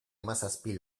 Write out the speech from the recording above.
hamazazpi